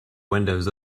windows